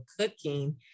cooking